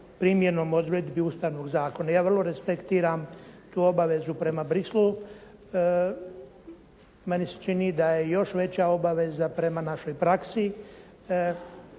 primjenom odredbi Ustavnog zakona. Ja vrlo respektiram tu obavezu prema Bruxellesu. Meni se čiji da je još veća obaveza prema našoj praksi.